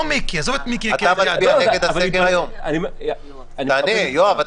אתה לא יודע מה אני הולך להצביע?